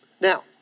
Now